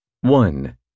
One